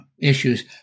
issues